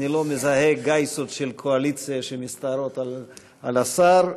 אני לא מזהה גייסות של קואליציה שמסתערות על השר,